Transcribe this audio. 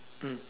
mm